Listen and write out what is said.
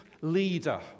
leader